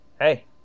Hey